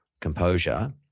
composure